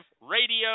radio